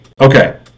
Okay